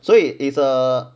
所以 it's a